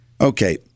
Okay